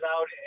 out